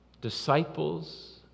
Disciples